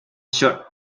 should